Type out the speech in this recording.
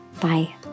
Bye